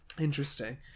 interesting